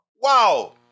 Wow